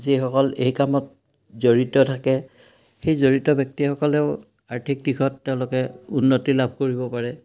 যিসকল এই কামত জড়িত থাকে সেই জড়িত ব্যক্তিসকলেও আৰ্থিক দিশত তেওঁলোকে উন্নতি লাভ কৰিব পাৰে